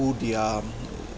who they are